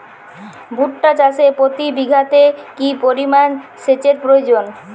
ভুট্টা চাষে প্রতি বিঘাতে কি পরিমান সেচের প্রয়োজন?